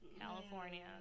california